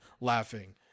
laughing